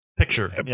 picture